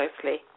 closely